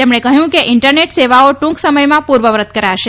તેમણે કહ્યું કે ઇન્ટરનેટ સેવાઓ ટૂંક સમથમાં પૂર્વવત કરાશે